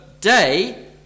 day